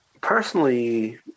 Personally